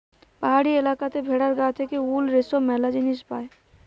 পাহাড়ি এলাকাতে ভেড়ার গা থেকে উল, রেশম ম্যালা জিনিস পায়